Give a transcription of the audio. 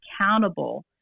accountable